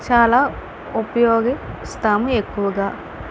చాలా ఉపయోగిస్తాము ఎక్కువగా